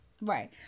Right